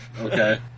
Okay